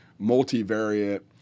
multivariate